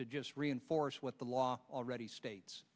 to just reinforce what the law already states